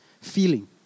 feeling